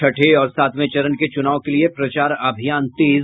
छठे और सांतवे चरण के चुनाव के लिए प्रचार अभियान तेज